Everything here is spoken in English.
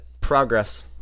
Progress